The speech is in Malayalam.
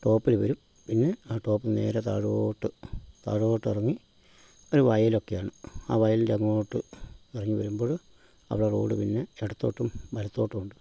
ടോപ്പിൽ വരും പിന്നെ ആ ടോപ്പിൽ നിന്ന് നേരേ താഴോട്ട് താഴോട്ടെക്കിറങ്ങി ഒരു വയലൊക്കെയാണ് ആ വയലിൻ്റെ അങ്ങോട്ട് ഇറങ്ങി വരുമ്പഴ് അവിടെ റോഡ് പിന്നെ ഇടത്തോട്ടും വലത്തോട്ടും ഉണ്ട്